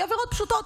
כי עבירות פשוטות,